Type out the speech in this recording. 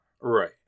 Right